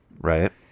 right